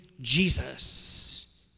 Jesus